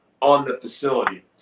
on-the-facility